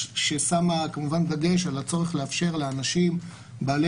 ששמה כמובן דגש על הצורך לאפשר לאנשים בעלי